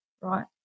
right